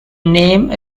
name